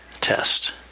test